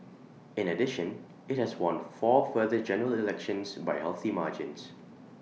in addition IT has won four further general elections by healthy margins